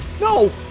no